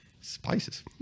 spices